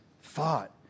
thought